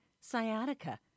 sciatica